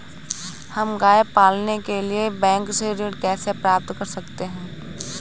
हम गाय पालने के लिए बैंक से ऋण कैसे प्राप्त कर सकते हैं?